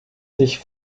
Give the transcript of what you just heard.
sich